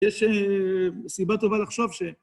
יש סיבה טובה לחשוב ש...